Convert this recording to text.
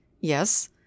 yes